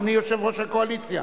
אדוני יושב-ראש הקואליציה.